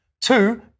Two